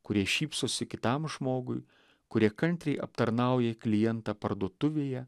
kurie šypsosi kitam žmogui kurie kantriai aptarnauja klientą parduotuvėje